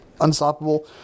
unstoppable